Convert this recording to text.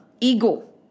ego